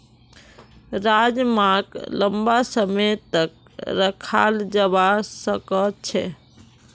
राजमाक लंबा समय तक रखाल जवा सकअ छे